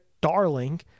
darling